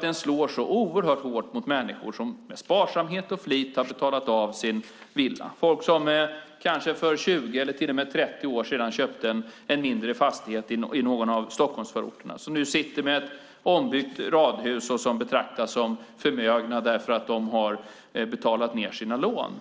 Den slår oerhört hårt mot människor som med sparsamhet och flit betalat av sin villa, folk som för kanske 20 eller till och med 30 år sedan köpte en mindre fastighet i någon av Stockholmsförorterna och nu sitter med ett ombyggt radhus och betraktas som förmögna för att de betalat av sina lån.